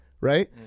right